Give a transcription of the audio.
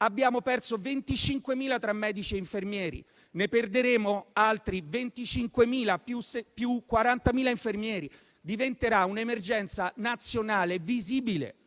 Abbiamo perso 25.000 tra medici e infermieri, ne perderemo altri 25.000, più 40.000 infermieri. Diventerà un'emergenza nazionale visibile